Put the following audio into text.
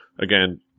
Again